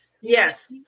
Yes